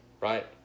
right